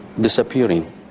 Disappearing